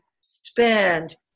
spend